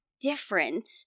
different